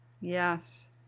yes